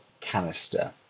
canister